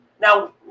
Now